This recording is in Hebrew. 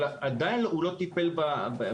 אבל עדיין הוא לא טיפל בבעיה,